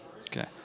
Okay